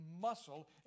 muscle